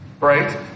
Right